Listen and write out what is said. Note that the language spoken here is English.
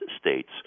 states